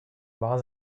war